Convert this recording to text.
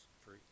free